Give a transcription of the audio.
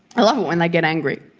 i love it when they get angry.